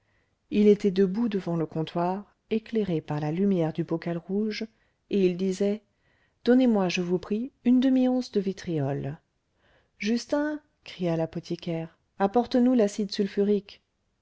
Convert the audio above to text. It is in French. il était debout devant le comptoir éclairé par la lumière du bocal rouge et il disait donnez-moi je vous prie une demi once de vitriol justin cria l'apothicaire apporte nous l'acide sulfurique